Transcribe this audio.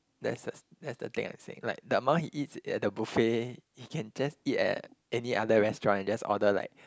that's that's the thing I saying like the amount he eats at a buffet he can just eat at any other restaurant and just order like